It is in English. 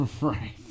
Right